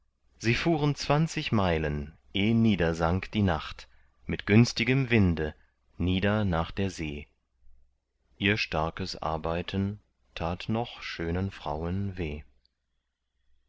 sie fuhren zwanzig meilen eh niedersank die nacht mit günstigem winde nieder nach der see ihr starkes arbeiten tat noch schönen frauen weh